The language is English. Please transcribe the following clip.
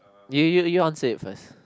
you you you want to say it first